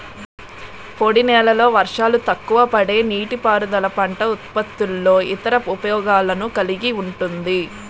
పొడినేలల్లో వర్షాలు తక్కువపడే నీటిపారుదల పంట ఉత్పత్తుల్లో ఇతర ఉపయోగాలను కలిగి ఉంటుంది